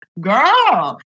girl